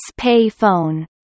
payphone